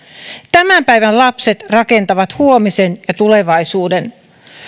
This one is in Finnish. tämän päivän lapset rakentavat huomisen ja tulevaisuuden